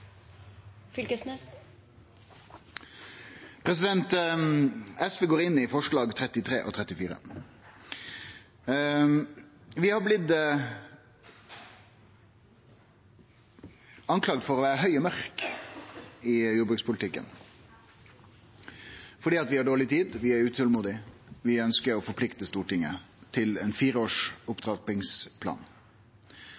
SV går inn og støtter forslaga nr. 33 og 34. Vi har blitt klandra for å vere høge og mørke i jordbrukspolitikken, fordi vi har dårleg tid, vi er utålmodige. Vi ønskjer å forplikte Stortinget til ein